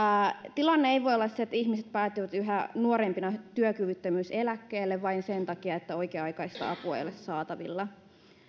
tilanne ei voi olla se että ihmiset päätyvät yhä nuorempina työkyvyttömyyseläkkeelle vain sen takia että oikea aikaista apua ei ole saatavilla